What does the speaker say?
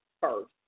first